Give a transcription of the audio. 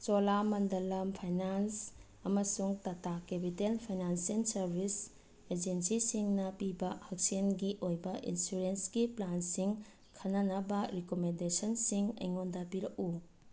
Cholamandalam finance ꯑꯃꯁꯨꯡ Tata capital financial service ꯑꯦꯖꯦꯟꯁꯤꯁꯤꯡꯅ ꯄꯤꯕ ꯍꯛꯁꯦꯜꯒꯤ ꯑꯣꯏꯕ ꯏꯟꯁꯨꯔꯦꯟꯁꯀꯤ ꯄ꯭ꯂꯥꯟꯁꯤꯡ ꯈꯟꯅꯅꯕ ꯔꯤꯀꯣꯃꯦꯟꯗꯦꯁꯟꯁꯤꯡ ꯑꯩꯉꯣꯟꯗ ꯄꯤꯔꯛꯎ